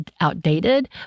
outdated